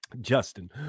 Justin